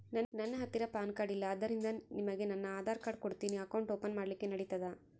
ನನ್ನ ಹತ್ತಿರ PAN card ಇಲ್ಲ ಆದ್ದರಿಂದ ನಿಮಗೆ ನನ್ನ ಆಧಾರ್ ಕಾರ್ಡ್ ಕೊಡ್ತೇನಿ ಅಕೌಂಟ್ ಓಪನ್ ಮಾಡ್ಲಿಕ್ಕೆ ನಡಿತದಾ?